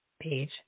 page